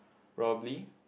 probably